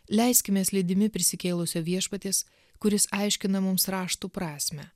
leiskimės lydimi prisikėlusio viešpaties kuris aiškina mums raštų prasmę